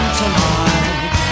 tonight